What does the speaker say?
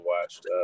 watched